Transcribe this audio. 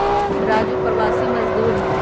राजू प्रवासी मजदूर हई